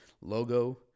logo